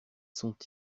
sont